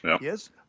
Yes